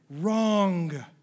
Wrong